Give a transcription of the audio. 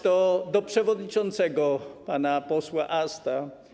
To do przewodniczącego pana posła Asta.